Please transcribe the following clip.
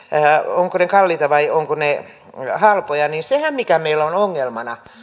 ovatko ne kalliita vai ovatko ne halpoja niin sehän mikä meillä on ongelmana